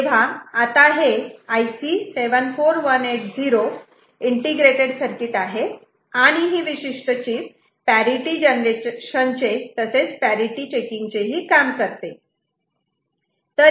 तेव्हा आता हे IC 74180 इंटिग्रेटेड सर्किट आहे आणि ही विशिष्ट चीप पॅरिटि जनरेशन चे तसेच पॅरिटि चेकिंग चे ही काम करते